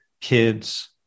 kids